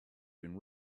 been